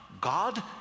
God